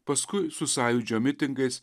paskui su sąjūdžio mitingais